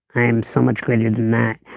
i am so much greater than that.